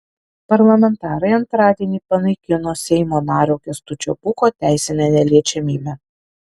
parlamentarai antradienį panaikino seimo nario kęstučio pūko teisinę neliečiamybę